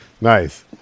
nice